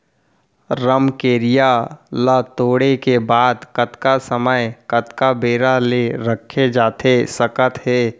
रमकेरिया ला तोड़े के बाद कतका समय कतका बेरा ले रखे जाथे सकत हे?